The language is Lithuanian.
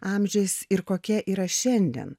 amžiais ir kokia yra šiandien